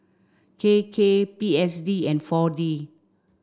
K K P S D and four D